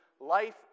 life